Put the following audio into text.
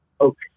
Okay